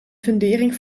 fundering